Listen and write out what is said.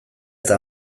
eta